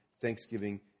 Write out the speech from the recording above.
thanksgiving